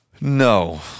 No